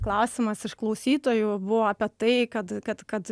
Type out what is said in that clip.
klausimas iš klausytojų buvo apie tai kad kad kad